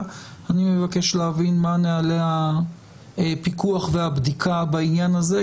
אני מבקש להבין מה נהלי הפיקוח והבדיקה בעניין הזה,